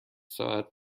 ساعت